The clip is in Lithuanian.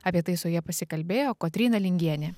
apie tai su ja pasikalbėjo kotryna lingienė